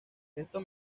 esto